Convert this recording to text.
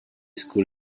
school